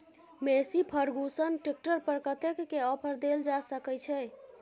Massey Ferguson tractor पर कतेक के ऑफर देल जा सकै छै?